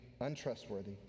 untrustworthy